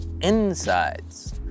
insides